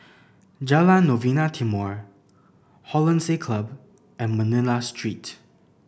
Jalan Novena Timor Hollandse Club and Manila Street